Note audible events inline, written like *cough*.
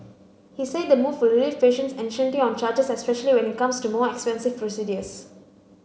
he said the move will relieve patients and *unintelligible* on charges especially when it comes to more expensive procedures